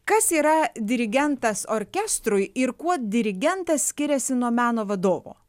kas yra dirigentas orkestrui ir kuo dirigentas skiriasi nuo meno vadovo